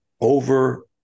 over